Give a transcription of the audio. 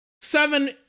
seven